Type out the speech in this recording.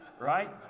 right